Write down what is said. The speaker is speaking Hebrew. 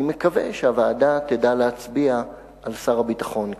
אני מקווה שהוועדה תדע להצביע על שר הביטחון כאחראי.